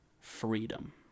Freedom